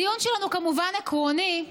הדיון שלנו כמובן עקרוני,